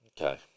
Okay